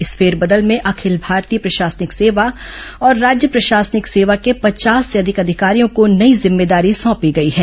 इस फेरबदल में अखिल भारतीय प्रशासनिक सेवा और राज्य प्रशासनिक सेवा के पचास से अधिक अधिकारियों को नई जिम्मेदारी सौंपी गई है